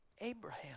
Abraham